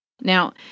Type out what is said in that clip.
Now